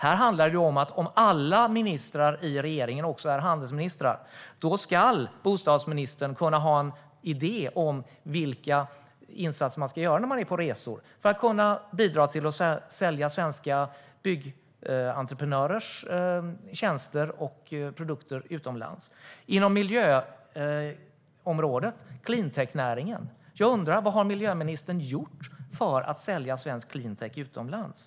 Här handlar det om att ifall alla ministrar i regeringen också är handelsministrar ska bostadsministern kunna ha en idé om vilka insatser man ska göra när man är på resor för att kunna bidra till att sälja svenska byggentreprenörers tjänster och produkter utomlands. Inom miljöområdet undrar jag vad miljöministern har gjort för att sälja svensk cleantech utomlands.